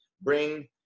bring